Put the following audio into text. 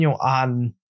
on